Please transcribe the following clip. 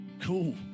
Cool